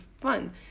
fun